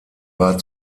war